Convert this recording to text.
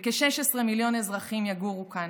וכ-16 מיליון אזרחים יגורו כאן,